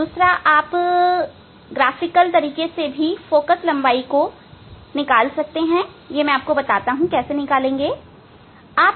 दूसरी तरह से आप चित्रात्मक तरीका भी फोकल लंबाई निकालने के लिए उपयोग में ला सकते हैं जो मैं आपको बताने जा रहा हूं